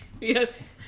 Yes